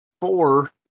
four